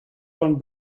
von